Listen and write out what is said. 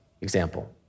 example